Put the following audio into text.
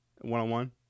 One-on-one